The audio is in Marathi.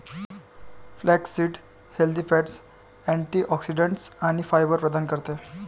फ्लॅक्ससीड हेल्दी फॅट्स, अँटिऑक्सिडंट्स आणि फायबर प्रदान करते